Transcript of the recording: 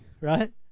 Right